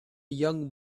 young